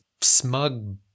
smug